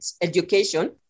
education